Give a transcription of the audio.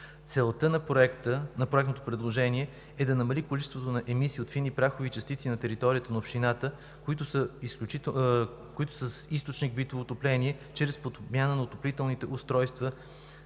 Целта на проектното предложение е да намали количеството на емисии от фини прахови частици на територията на общината с източник битово отопление чрез подмяна на отоплителните устройства